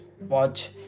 watch